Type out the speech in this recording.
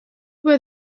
where